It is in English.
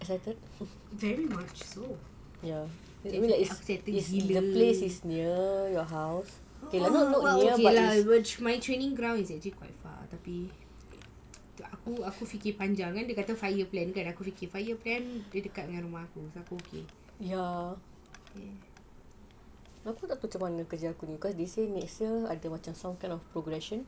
very much so yes okay lah no look my training ground is actually quite far tapi aku aku fikir panjang kan dia cakap five year plan kan aku fikir five plan dia dekat dengan rumah aku saya pun okay